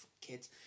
kids